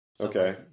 Okay